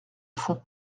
fond